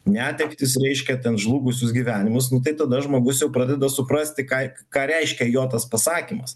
netektis reiškia ten žlugusius gyvenimus nu tai tada žmogus jau pradeda suprasti ką ką reiškia jo tas pasakymas